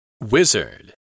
Wizard